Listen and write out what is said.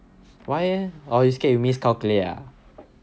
why leh like you scared you miscalculate ah